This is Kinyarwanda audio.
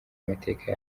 mateka